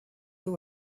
two